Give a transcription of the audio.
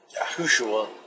Yahushua